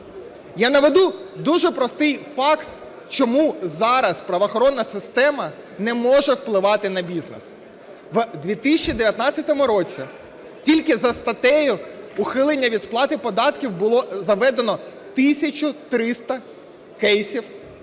Я наведу дуже простий факт, чому зараз правоохоронна система не може впливати на бізнес. В 2019 році тільки за статтею "Ухилення від сплати податків" було заведено тисячу 300 кейсів